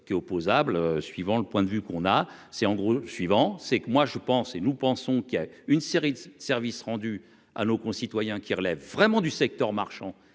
qui opposable suivant le point de vue qu'on a, c'est en gros suivant, c'est que moi, je pense, et nous pensons qu'il y a une série de service rendu à nos concitoyens qui relève vraiment du secteur marchand